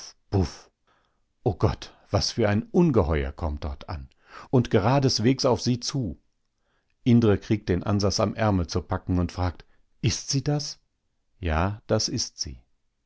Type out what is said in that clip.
o gott was für ein ungeheuer kommt dort an und geradeswegs auf sie zu indre kriegt den ansas am ärmel zu packen und fragt ist sie das ja das ist sie